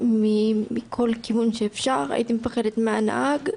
מכל כיוון שאפשר, הייתי מפחדת מהנהג,